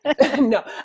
no